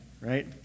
right